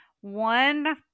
One